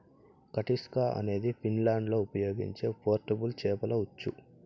కటిస్కా అనేది ఫిన్లాండ్లో ఉపయోగించే పోర్టబుల్ చేపల ఉచ్చు